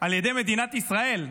על ידי מדינת ישראל,